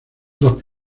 dos